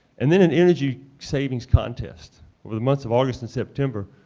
and then an energy savings contest for the months of august and september,